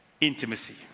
Intimacy